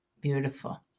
beautiful